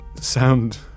sound